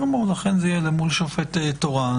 לכן, זה יהיה אל מול שופט תורן.